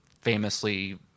famously